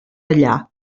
allà